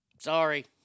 Sorry